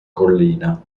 collina